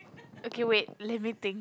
okay wait let me think